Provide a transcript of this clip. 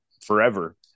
forever